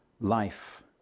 Life